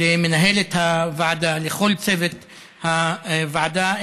ולמנהלת הוועדה, לכל צוות הוועדה.